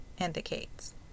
indicates